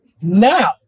now